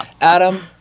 Adam